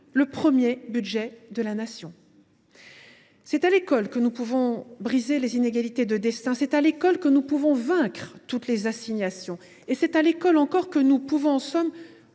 le premier de la nation. C’est à l’école que nous pouvons briser les inégalités de destin ; c’est à l’école que nous pouvons vaincre toutes les assignations ; et c’est encore à l’école que nous pouvons, en somme,